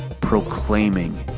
proclaiming